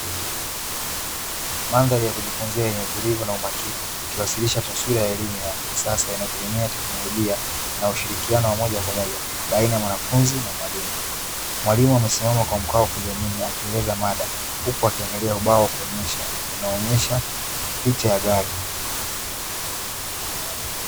Mandhari ya kujifunzia yenye utulivu na umakini, ikiwakilisha taswira ya elimu ya kisasa inayotegemea teknolojia na ushirikiano wa moja kwa moja, baina ya mwanafunzi na mwalimu. Mwalimu amesimama kwa mkao wa kujiamini, akieleza mada, huku akiangalia ubao unaoonyesha picha ya gari.